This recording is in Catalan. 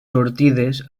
sortides